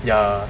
ya